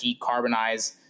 decarbonize